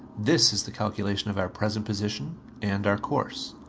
this is the calculation of our present position and our course.